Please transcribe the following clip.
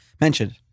mentioned